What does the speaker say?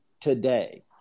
today